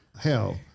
hell